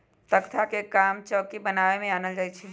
तकख्ता के काम चौकि बनाबे में आनल जाइ छइ